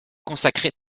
consacrer